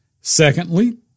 Secondly